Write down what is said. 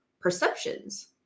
perceptions